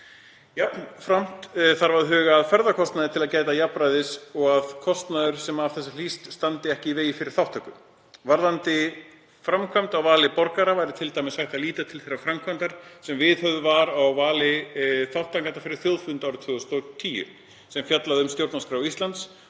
Jafnframt þarf að huga að ferðakostnaði til að gæta jafnræðis og að kostnaður sem af þessu hlýst standi ekki í vegi fyrir þátttöku. Varðandi framkvæmd á vali borgara væri t.d. hægt að líta til þeirrar framkvæmdar sem viðhöfð var á vali þátttakenda fyrir þjóðfund 2010, sem fjallaði um stjórnarskrá Íslands,